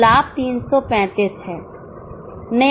तो लाभ 335 है